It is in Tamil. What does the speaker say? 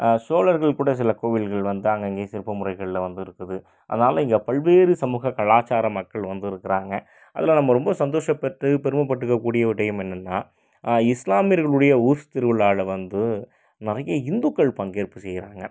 சோழர்கள் கூட சில கோவில்கள் வந்தாங்க இங்கே சிற்ப முறைகளில் வந்திருக்குது அதனால இங்கே பல்வேறு சமூக கலாச்சார மக்கள் வந்திருக்குறாங்க அதில் நம்ம ரொம்ப சந்தோஷம் பெற்று பெருமை பட்டுக்கக் கூடிய விடையம் என்னென்னா இஸ்லாமியர்களுடைய ஊஸ் திருவிழாவில் வந்து நிறைய இந்துக்கள் பங்கேற்பு செய்கிறாங்க